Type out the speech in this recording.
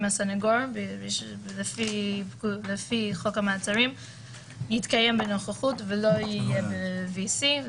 הסנגור לפי חוק המעצרים יתקיים בנוכחות ולא יהיה ב-VC.